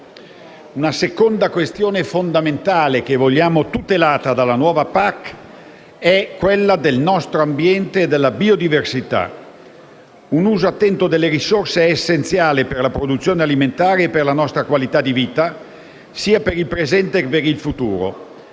La seconda questione fondamentale che vogliamo tutelata dalla nuova PAC è quella del nostro ambiente e della biodiversità. Un uso attento delle risorse è essenziale per la produzione alimentare e per la nostra qualità di vita sia per il presente che per il futuro.